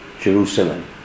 Jerusalem